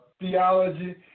theology